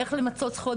איך למצות זכויות,